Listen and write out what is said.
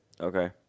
Okay